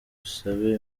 usabe